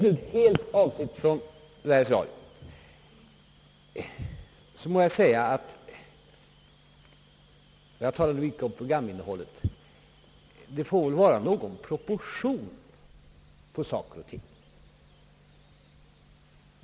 Jag vill avstå från varje omdöme, men så mycket kan jag säga, att det får väl vara någon proportion på saker och ting.